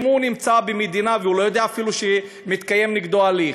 אם הוא נמצא במדינה והוא אפילו לא יודע שמתקיים נגדו הליך,